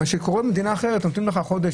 במדינה אחרת נותנים לך חודש,